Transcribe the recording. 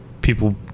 people